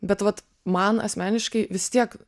bet vat man asmeniškai vis tiek